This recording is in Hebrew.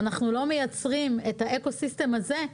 ואנחנו לא מייצרים את האקוסיסטם הזה,